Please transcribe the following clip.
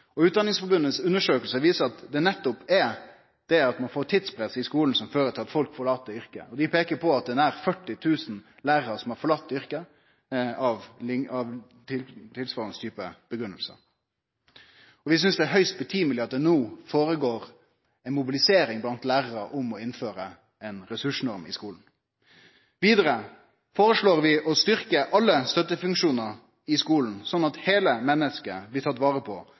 læraryrket. Utdanningsforbundets undersøkingar viser at det nettopp er det at ein får tidspress i skulen, som fører til at folk forlèt yrket. Dei peiker på det er nær 40 000 lærarar som har forlate yrket – med tilsvarande type grunngjeving. Vi synest det er på tide at det no føregår ei mobilisering blant lærarane om å innføre ei ressursnorm i skulen. Vidare føreslår vi å styrkje alle støttefunksjonar i skulen, slik at heile mennesket blir tatt vare på,